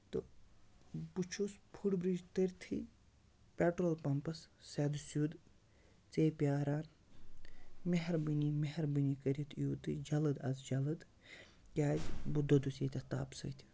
تہٕ بہٕ چھُس فُٹ بِرٛج تٔرۍ تھٕے پیٹرول پَمپَس سٮ۪دٕ سیوٚد ژے پیٛاران مہربٲنی مہربٲنی کٔرِتھ یِیِو تُہۍ جلد از جلد کیٛازِ بہٕ دوٚدُس ییٚتٮ۪تھ تاپہٕ سۭتۍ